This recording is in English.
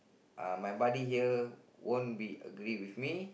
uh my buddy here won't be agree with me